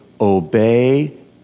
Obey